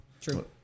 True